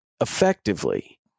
effectively